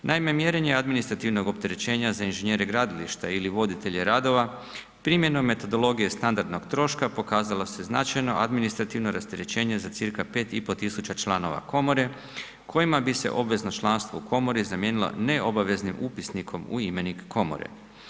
Naime, mjerenje administrativnog opterećenja za inženjere gradilišta ili voditelje radova primjenom metodologije standardnog troška pokazalo se značajno administrativno rasterećenje za cca 5.500 članova komore kojima bi se obvezno članstvo u komori zamijenilo neobaveznim upisnikom u imenik komore.